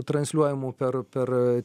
transliuojamų per per